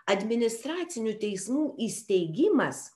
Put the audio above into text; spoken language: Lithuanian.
administracinių teismų įsteigimas